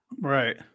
right